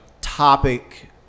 topic